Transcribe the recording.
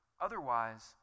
Otherwise